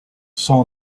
saw